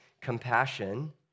compassion